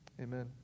amen